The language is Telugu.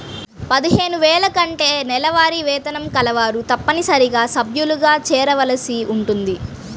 పదిహేను వేల కంటే నెలవారీ వేతనం కలవారు తప్పనిసరిగా సభ్యులుగా చేరవలసి ఉంటుంది